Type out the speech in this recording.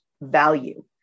value